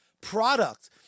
product